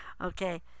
Okay